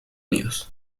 unidos